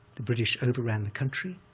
the british overran the country,